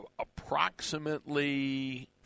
approximately